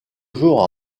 jour